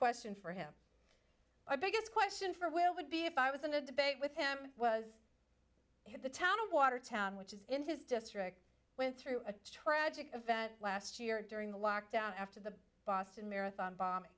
question for him i biggest question for will would be if i was in a debate with him was in the town of watertown which is in his district went through a tragic event last year during the lockdown after the boston marathon